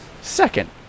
Second